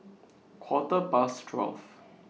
Quarter Past twelve